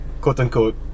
quote-unquote